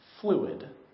fluid